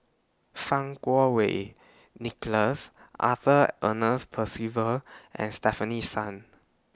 Fang Kuo Wei Nicholas Arthur Ernest Percival and Stefanie Sun